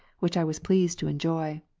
which i was pleased to enjoy.